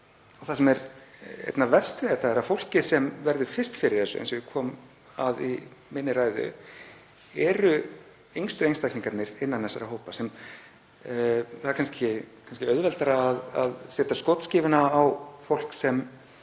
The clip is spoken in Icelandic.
Það sem er einna verst við þetta er að fólkið sem verður fyrst fyrir þessu, eins og ég kom að í ræðu minni, eru yngstu einstaklingarnir innan þessara hópa. Það er kannski auðveldara að setja skotskífuna á fólk sem